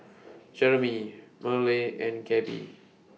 Jeromy Myrle and Gabe